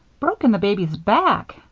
broken the baby's back!